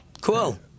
Cool